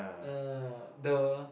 uh the